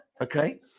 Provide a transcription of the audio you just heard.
Okay